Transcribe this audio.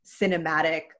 cinematic